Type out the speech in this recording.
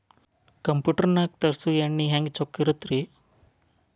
Computer ನಾಗ ತರುಸುವ ಎಣ್ಣಿ ಹೆಂಗ್ ಚೊಕ್ಕ ಇರತ್ತ ರಿ?